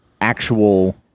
actual